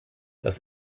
das